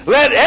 Let